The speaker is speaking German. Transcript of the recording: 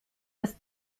das